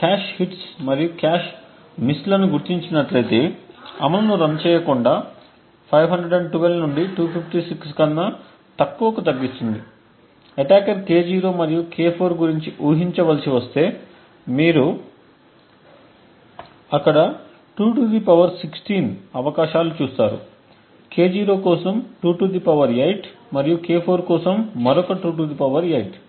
cache hits మరియు cache మిస్లను గుర్తించినట్లయితే అమలును రన్ చేయకుండా 512 నుండి 256 కన్నా తక్కువకు తగ్గిస్తుంది అటాకర్ K0 మరియు K4 గురించి ఊహించవలసివస్తే మీరు అక్కడ 216 అవకాశాలు చూస్తారు K0 కోసం 28 మరియు K4 కోసం మరొక 28